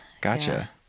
gotcha